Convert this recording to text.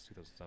2007